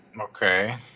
Okay